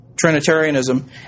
Trinitarianism